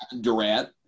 Durant